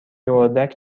اردک